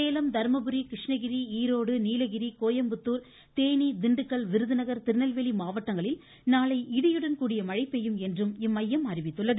சேலம் தர்மபுரி கிருஷ்ணகிரி ஈரோடு நீலகிரி கோயம்புத்தூர் தேனி திண்டுக்கல் விருதுநகர் திருநெல்வேலி மாவட்டங்களில் நாளை இடியுடன் கூடிய மழை பெய்யும் என்றும் இம்மையம் அறிவித்துள்ளது